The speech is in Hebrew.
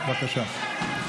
בבקשה.